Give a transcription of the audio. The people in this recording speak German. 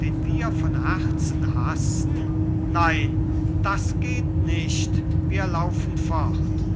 den wir von herzen hassen nein das geht nicht wir laufen fort